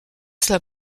cela